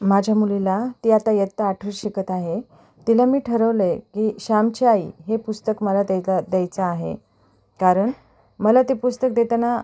माझ्या मुलीला ती आता इयत्ता आठवीत शिकत आहे तिला मी ठरवलं आहे की श्यामची आई हे पुस्तक मला देयता द्यायचं आहे कारण मला ते पुस्तक देताना